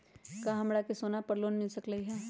का हमरा के सोना पर लोन मिल सकलई ह?